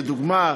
לדוגמה,